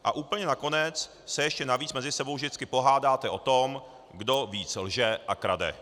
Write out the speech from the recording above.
A úplně nakonec se ještě navíc mezi sebou vždycky pohádáte o tom, kdo víc lže a krade.